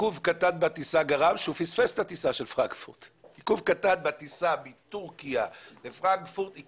עיכוב קטן בטיסה מטורקיה לפרנקפורט גרם